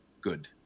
good